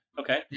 Okay